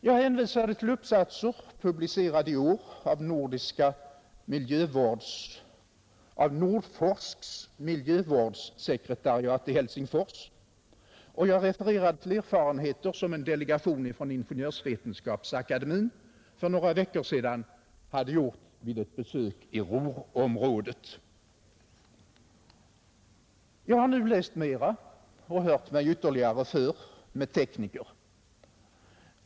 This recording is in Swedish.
Jag hänvisade till uppsatser publicerade i år av Nordforsks miljövårdssekretariat i Helsingfors, och jag refererade till erfarenheter, som en delegation från Ingenjörsvetenskapsakademien för några veckor sedan hade gjort vid ett besök i Ruhrområdet. Jag har nu läst mera och hört mig ytterligare för med tekniker.